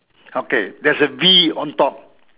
okay there's a B on top